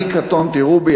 אני קטונתי, רובי.